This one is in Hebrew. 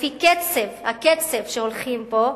לפי הקצב שהולכים בו,